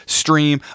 stream